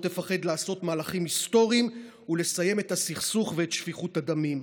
לא תפחד לעשות מהלכים היסטוריים ולסיים את הסכסוך ואת שפיכות הדמים.